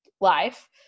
life